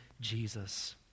Jesus